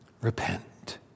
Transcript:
Repent